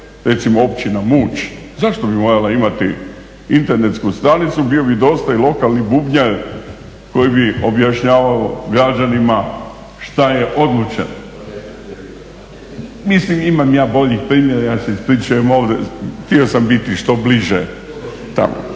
Recimo općina Muć zašto bi morala imati internetsku stranicu, bio bi dosta i lokalni bubnjar koji bi objašnjavao građanima šta je …/Govornik se ne razumije./…. Mislim imam ja boljih primjera, ja se ispričavam ovdje, htio sam biti što bliže tamo.